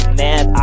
man